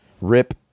rip